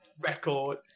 Record